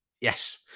Yes